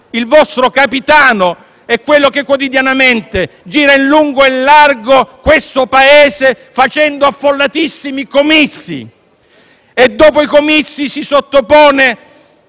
Il vostro capitano è quello che quotidianamente gira in lungo e in largo questo Paese facendo affollatissimi comizi e, dopo i comizi, si sottopone